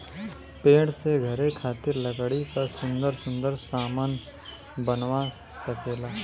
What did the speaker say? पेड़ से घरे खातिर लकड़ी क सुन्दर सुन्दर सामन बनवा सकेला